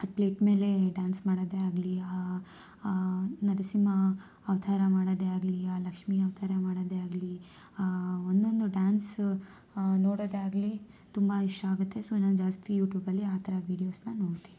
ಆ ಪ್ಲೇಟ್ ಮೇಲೆ ಡ್ಯಾನ್ಸ್ ಮಾಡೋದೇ ಆಗಲಿ ಆ ನರಸಿಂಹ ಅವತಾರ ಮಾಡೋದೇ ಆಗಲಿ ಆ ಲಕ್ಷ್ಮೀ ಅವತಾರ ಮಾಡೋದೇ ಆಗಲಿ ಒಂದೊಂದು ಡ್ಯಾನ್ಸು ನೋಡೋದೇ ಆಗಲಿ ತುಂಬ ಇಷ್ಟ ಆಗುತ್ತೆ ಸೋ ನಾನು ಜಾಸ್ತಿ ಯೂಟೂಬಲ್ಲಿ ಆ ಥರ ವಿಡಿಯೋಸನ್ನ ನೋಡ್ತೀನಿ